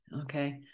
okay